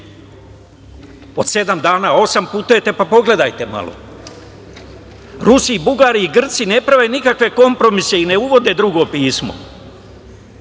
od sedam dana, osam putujete, pa, pogledajte malo. Rusi, Bugari i Grci ne prave nikakve kompromise i ne uvode drugo pismo.